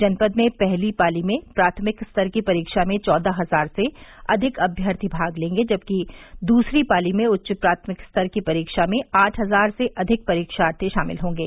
जनपद पहली पाली में प्राथमिक स्तर की परीक्षा में चौदह हजार से अधिक अम्यर्थी भाग लेंगे जबकि दूसरी पाली में उच्च प्राथमिक स्तर की परीक्षा में आठ हजार से अधिक परीक्षार्थी शामिल होंगे